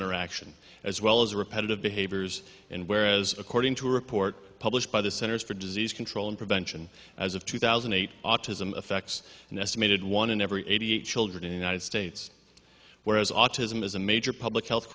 interaction as well as repetitive behaviors and whereas according to a report published by the centers for disease control and prevention as of two thousand and eight facts an estimated one in every eighty eight children in the united states whereas autism is a major public health